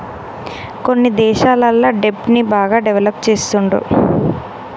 కొన్ని దేశాలల్ల దెబ్ట్ ని బాగా డెవలప్ చేస్తుండ్రు